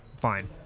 fine